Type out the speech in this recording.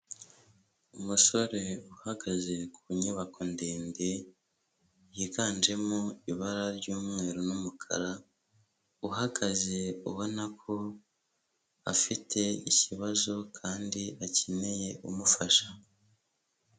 Umusore uhagaze ku nyubako ndende, yiganjemo ibara ry'umweru n'umukara, uhagaze ubona ko afite ikibazo kandi akeneye umufasha.